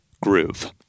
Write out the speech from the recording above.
groove